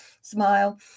smile